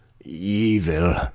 evil